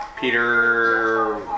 Peter